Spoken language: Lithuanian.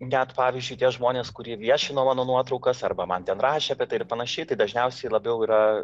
net pavyzdžiui tie žmonės kurie viešino mano nuotraukas arba man ten rašė apie tai ir panašiai tai dažniausiai labiau yra